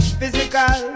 physical